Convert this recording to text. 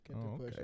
Okay